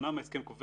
שאומנם ההסכם קובע